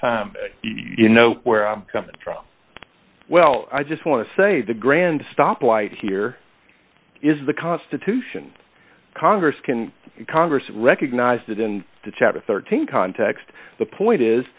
time you know where i'm coming from well i just want to say the grand stoplight here is the constitution congress can congress recognize that in the chapter thirteen context the point is